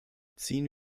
ziehen